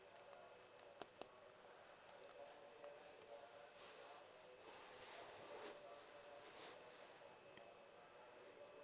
is